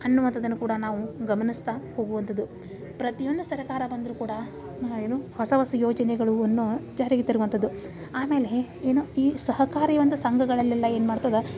ಅನ್ನುವಂಥದ್ದನ್ನು ಕೂಡ ನಾವು ಗಮನಿಸ್ತಾ ಹೋಗುವಂಥದ್ದು ಪ್ರತಿಯೊಂದು ಸರಕಾರ ಬಂದರೂ ಕೂಡ ಏನು ಹೊಸ ಹೊಸ ಯೋಜನೆಗಳನ್ನು ಜಾರಿಗೆ ತರುವಂಥದ್ದು ಆಮೇಲೆ ಏನು ಈ ಸಹಕಾರಿ ಒಂದು ಸಂಘಗಳಲೆಲ್ಲ ಏನು ಮಾಡ್ತದೆ